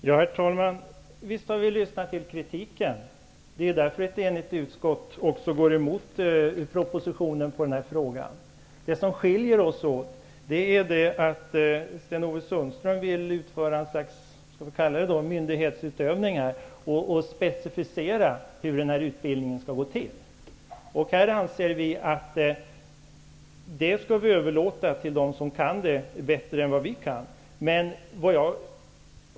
Herr talman! Visst har vi lyssnat till kritiken. Det är ju därför som ett enigt utskott går emot propositionens förslag. Det som skiljer oss åt är att Sten-Ove Sundström vill införa ett slags mynighetsutövning och specificera hur den här utbildningen skall se ut. Vi anser att detta bör överlåtas till dem som kan det här bättre än vad vi kan.